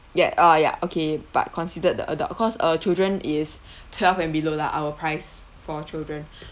yea uh ya okay but considered the adult cause uh children is twelve and below lah our price for children